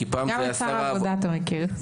גם את שר העבודה אתה מכיר.